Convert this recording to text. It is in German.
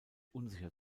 unsicher